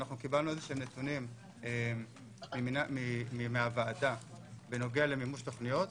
אנחנו קיבלנו נתונים מהוועדה בנוגע למימוש תוכניות.